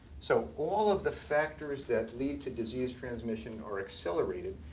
so all of the factors that lead to disease transmission are accelerated.